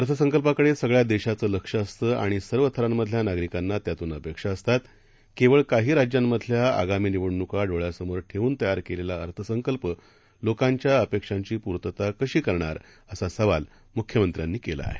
अर्थसंकल्पाकडेसगळ्यादेशाचंलक्षअसतंआणिसर्वथरांमधल्यानागरिकांनात्यातूनअपेक्षाअसतात केवळकाहीराज्यांमधल्याआगामीनिवडणुकाडोळ्यामोरठेऊनतयारकेलेलाअर्थसंकल्पलोकांच्याअपेक्षांचीपूर्तताकशीकरणार असासवालमुख्यमंत्र्यांनीकेलाआहे